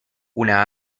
una